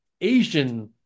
Asian